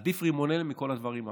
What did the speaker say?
עדיף רימון הלם מכל הדברים האחרים.